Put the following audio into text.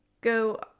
go